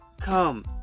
come